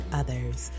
others